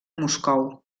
moscou